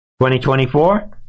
2024